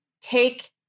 take